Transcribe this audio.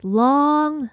long